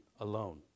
alone